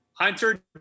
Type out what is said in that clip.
Hunter